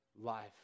life